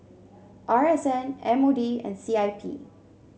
R S N M O D and C I P